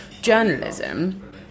Journalism